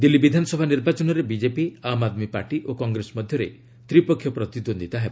ଦିଲ୍ଲୀ ବିଧାନସଭା ନିର୍ବାଚନରେ BJP Aam Aadmi Party ଓ କଂଗ୍ରେସ ମଧ୍ୟରେ ତ୍ରିପକ୍ଷୀୟ ପ୍ରତିଦ୍ୱନ୍ଦ୍ୱିତା ହେବ